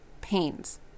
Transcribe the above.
pains